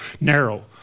narrow